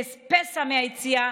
כפסע מהיציאה,